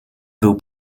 był